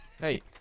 Hey